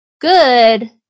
good